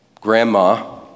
grandma